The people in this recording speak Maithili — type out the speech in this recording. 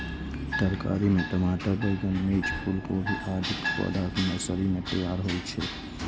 तरकारी मे टमाटर, बैंगन, मिर्च, फूलगोभी, आदिक पौधा नर्सरी मे तैयार होइ छै